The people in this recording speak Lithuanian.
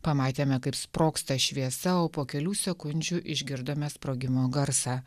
pamatėme kaip sprogsta šviesa o po kelių sekundžių išgirdome sprogimo garsą